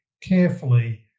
carefully